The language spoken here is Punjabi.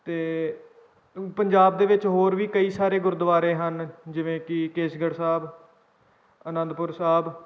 ਅਤੇ ਪੰਜਾਬ ਦੇ ਵਿੱਚ ਹੋਰ ਵੀ ਕਈ ਸਾਰੇ ਗੁਰਦੁਆਰੇ ਹਨ ਜਿਵੇਂ ਕਿ ਕੇਸਗੜ੍ਹ ਸਾਹਿਬ ਅਨੰਦਪੁਰ ਸਾਹਿਬ